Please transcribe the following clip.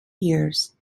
years